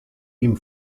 ihm